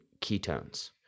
ketones